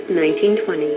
1920